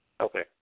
Okay